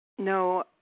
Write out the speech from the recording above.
No